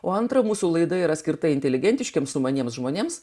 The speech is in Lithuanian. o antra mūsų laida yra skirta inteligentiškiems sumaniems žmonėms